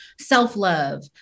self-love